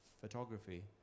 photography